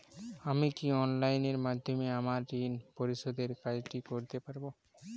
আমি কি অনলাইন মাধ্যমে আমার ঋণ পরিশোধের কাজটি করতে পারব?